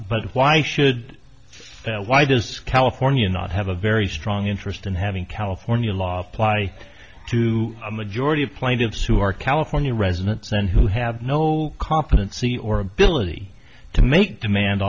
but why should why does california not have a very strong interest in having california law apply to a majority of plaintiffs who are california residents then who have no competency or ability to make demand